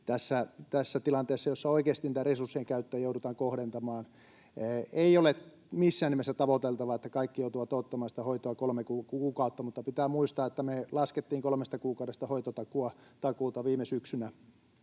tässä tilanteessa, jossa oikeasti resurssien käyttöä joudutaan kohdentamaan. Ei ole missään nimessä tavoiteltavaa, että kaikki joutuvat odottamaan sitä hoitoa kolme kuukautta, mutta pitää muistaa, että me laskettiin hoitotakuuta kolmesta kuukaudesta viime syksynä,